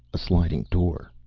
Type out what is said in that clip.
a sliding door.